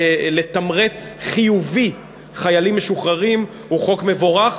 תמרוץ חיובי לחיילים משוחררים הוא חוק מבורך,